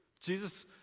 Jesus